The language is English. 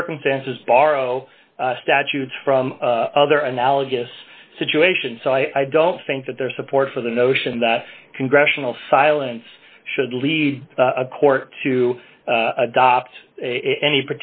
circumstances borrow statutes from other analogous situations so i don't think that their support for the notion that congressional silence should lead a court to adopt a